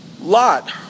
Lot